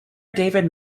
david